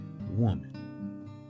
woman